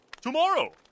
Tomorrow